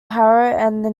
harrow